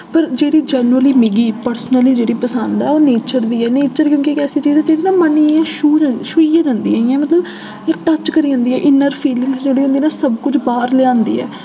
पर जेह्ड़ी जैनरनली मिगी पर्सनली जेह्ड़ी पसंद ऐ ओह् नेचर दी ऐ नेचर क्योकि इक ऐसी चीज ऐ जेह्ड़ी मन्न गी इ'यां छू जन छुइयै जंदी इ'यां मतलब टच्च करी जंदी ऐ इन्नर फीलिंगस जेह्ड़ी होंदी होंदी ना सब कुछ बाह्र लेआंदी ऐ